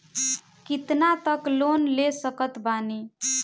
कितना तक लोन ले सकत बानी?